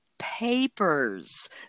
papers